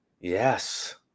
Yes